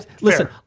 Listen